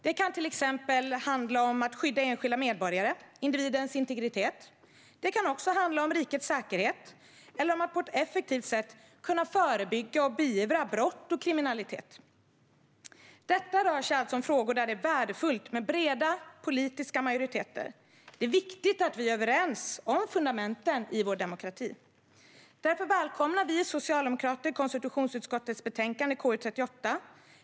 Det kan till exempel handla om att skydda enskilda medborgare eller individens integritet. Det kan också handla om rikets säkerhet eller om att på ett effektivt sätt kunna förebygga och beivra brott och kriminalitet. Detta rör sig alltså om frågor där det är värdefullt med breda politiska majoriteter. Det är viktigt att vi är överens om fundamenten i vår demokrati. Därför välkomnar vi socialdemokrater konstitutionsutskottets betänkande KU38.